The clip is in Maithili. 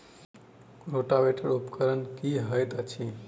रोटावेटर उपकरण की हएत अछि?